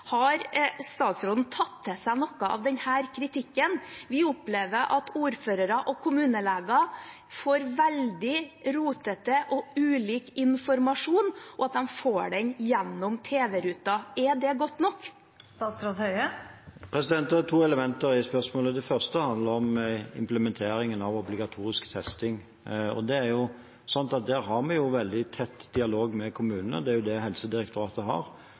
Har statsråden tatt til seg noe av denne kritikken? Vi opplever at ordførere og kommuneleger får veldig rotete og ulik informasjon, og at de får den gjennom tv-ruten. Er det godt nok? Det er to elementer i spørsmålet. Det første handler om implementeringen av obligatorisk testing, og der har vi jo veldig tett dialog med kommunene – det er jo det Helsedirektoratet har.